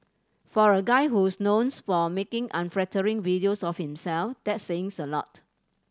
for a guy who's knowns for making unflattering videos of himself that's saying a lot